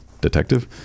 detective